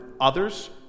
others